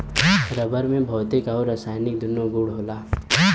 rubber में भौतिक आउर रासायनिक दून्नो गुण होला